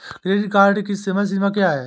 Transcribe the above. Credit card की समय सीमा क्या है?